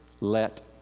let